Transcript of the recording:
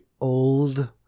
old